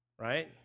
Right